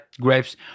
grapes